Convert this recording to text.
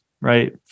right